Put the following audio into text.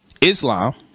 Islam